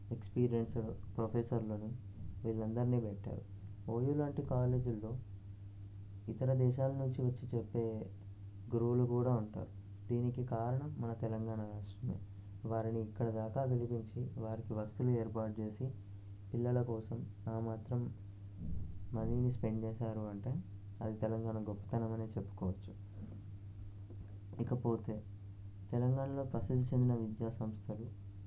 experience ప్రొఫెసర్లను వీళ్ళందరినీ పెట్టారు ఓయు లాంటి కాలేజీల్లో ఇతర దేశాల నుంచి వచ్చి చెప్పే గురువులు కూడా ఉంటారు దీనికి కారణం మన తెలంగాణ రాష్ట్రమే వారిని ఇక్కడ దాకా అభినందించి వాళ్ళకి వసతులు ఏర్పాటు చేసి పిల్లల కోసం ఆ మాత్రం మనీని స్పెండ్ చేస్తారు అంటే అది తెలంగాణ గొప్పతనం అని చెప్పుకోవచ్చు లేకపోతే తెలంగాణలో ప్రసిద్ధి చెందిన విద్యా సంస్థలు